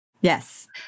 Yes